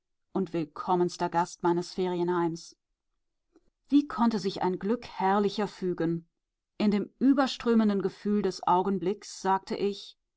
und willkommenster gast meines ferienheims wie konnte sich ein glück herrlicher fügen in dem überströmenden gefühl des augenblicks sagte ich